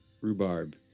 rhubarb